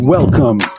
Welcome